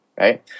right